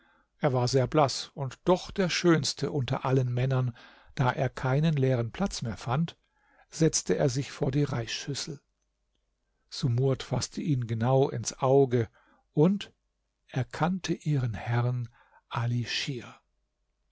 er war sehr blaß und doch der schönste unter allen männern da er keinen leeren platz mehr fand setzte er sich vor die reisschüssel sumurd faßte ihn genau ins auge und erkannte ihren herrn ali schir